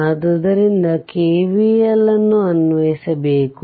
ಆದ್ದರಿಂದ K V L ನ್ನು ಅನ್ವಯಿಸಿಬೇಕು